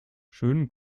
schönen